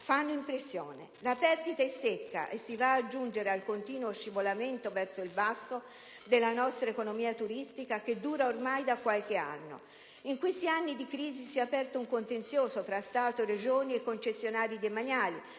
fanno impressione. La perdita è secca e si va ad aggiungere al continuo scivolamento verso il basso della nostra economia turistica, che dura ormai da qualche anno. In questi anni di crisi si è aperto un contenzioso tra Stato, Regioni e concessionari demaniali,